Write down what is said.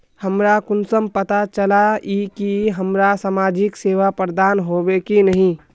हमरा कुंसम पता चला इ की हमरा समाजिक सेवा प्रदान होबे की नहीं?